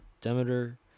Demeter